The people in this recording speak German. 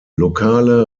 lokale